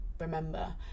remember